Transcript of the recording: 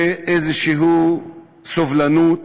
לאיזו סובלנות